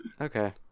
Okay